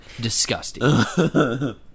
disgusting